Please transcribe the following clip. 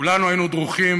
כולנו היינו דרוכים,